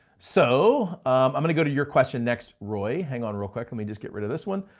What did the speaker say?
so i'm gonna go to your question next, roy. hang on real quick. let me just get rid of this one.